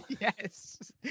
Yes